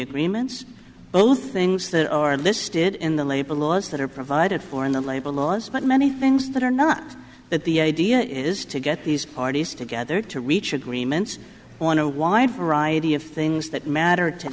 both things that are listed in the labor laws that are provided for in the labor laws but many things that are not at the idea is to get these parties together to reach agreements on a wide variety of things that matter to